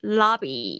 lobby